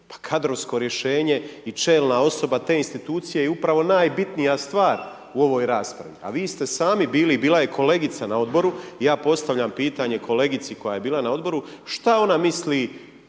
kadrovsko rješenje i čelna osoba te institucije je upravo najbitnija stvar u ovoj raspravi, a vi ste sami bili, bila je kolegica na Odboru. Ja postavljam pitanje kolegici koja je bila na Odboru, šta ona misli